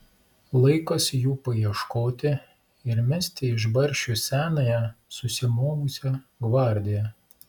laikas jų paieškoti ir mesti iš barščių senąją susimovusią gvardiją